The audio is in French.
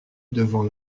devant